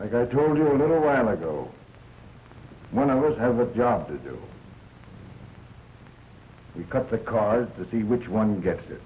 you i told you a little while ago when i was have a job to do you cut the card to see which one gets it